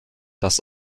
das